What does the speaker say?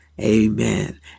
amen